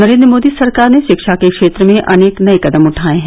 नरेन्द्र मोदी सरकार ने शिक्षा के क्षेत्र में अनेक नए कदम उठाए हैं